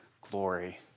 glory